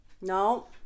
No